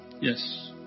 Yes